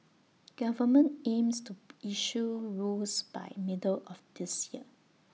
government aims to issue rules by middle of this year